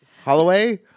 Holloway